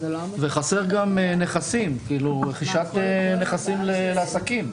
חסרים גם רכישת נכסים לעסקים.